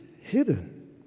hidden